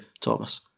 Thomas